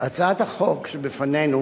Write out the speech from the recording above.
הצעת החוק שבפנינו